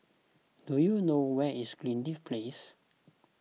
do you know where is Greenleaf Place